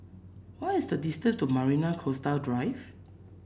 what is the distance to Marina Coastal Drive